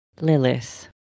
Lilith